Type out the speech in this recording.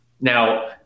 Now